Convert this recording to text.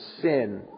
sin